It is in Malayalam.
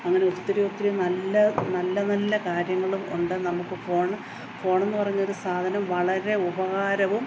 അങ്ങനെ ഒത്തിരി ഒത്തിരി നല്ല നല്ല നല്ല കാര്യങ്ങളും ഒണ്ട് നമുക്ക് ഫോൺ ഫോണെന്നു പറഞ്ഞൊരു സാധനം വളരെ ഉപകാരവും